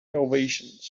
ovations